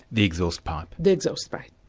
the exhaust pipe. the exhaust pipe.